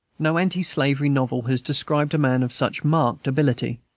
no anti-slavery novel has described a man of such marked ability.